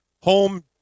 home